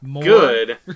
good